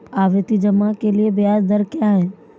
आवर्ती जमा के लिए ब्याज दर क्या है?